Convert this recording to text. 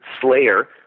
Slayer